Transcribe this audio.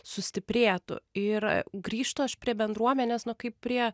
sustiprėtų ir grįžtu aš prie bendruomenės nu kaip prie